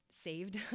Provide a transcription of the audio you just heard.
saved